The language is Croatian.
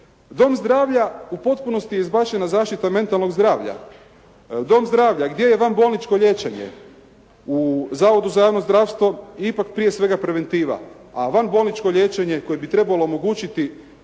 Dom zdravlja, u potpunosti je izbačena zaštita mentalnog zdravlja, dom zdravlja. Gdje je van bolničko liječenje? U Zavodu za javno zdravstvo ipak prije svega preventiva, a van bolničko liječenje koje bi trebalo omogućiti